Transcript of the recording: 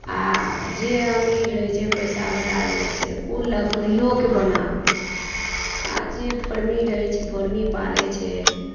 आ जे अमीर रहै छै पैसा बला रहै छै ओ लकड़ियोके बनाबैत छै आ जे फौर्मी रहै छै फौर्मी पालैत छै